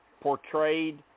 portrayed